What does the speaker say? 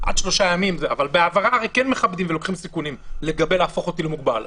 אבל בהעברה הרי כן מכבדים ולוקחים סיכונים בנוגע להפיכת הלקוח למוגבל,